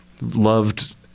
loved